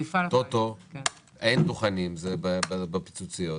בטוטו אין דוכנים, זה נמצא בפיצוציות.